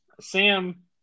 Sam